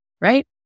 right